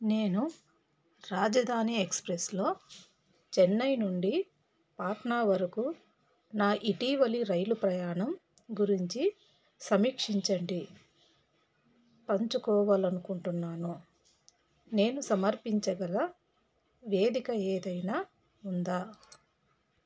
నేను రాజధాని ఎక్స్ప్రెస్లో చెన్నై నుండి పాట్నా వరకు నా ఇటీవలి రైలు ప్రయాణం గురించి సమీక్షించండి పంచుకోవాలనుకుంటున్నాను నేను సమర్పించగల వేదిక ఏదైనా ఉందా